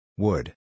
Wood